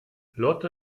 lotte